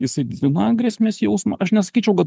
jisai didina grėsmės jausmą aš nesakyčiau kad